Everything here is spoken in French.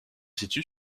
situe